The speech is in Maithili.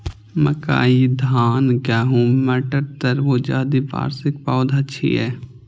मकई, धान, गहूम, मटर, तरबूज, आदि वार्षिक पौधा छियै